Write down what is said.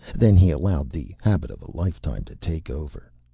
then he allowed the habit of a lifetime to take over.